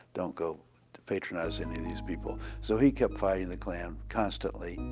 don't go patronizing any of these people. so he kept fighting the klan constantly.